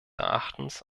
erachtens